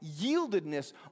yieldedness